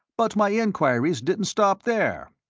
but my enquiries didn't stop there.